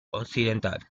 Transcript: occidental